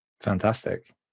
Fantastic